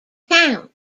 town